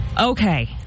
Okay